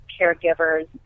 caregivers